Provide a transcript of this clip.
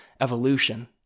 evolution